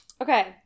Okay